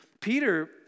Peter